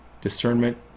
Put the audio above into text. discernment